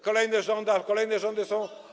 Kolejne rządy, ale kolejne rządy są.